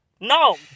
no